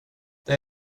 det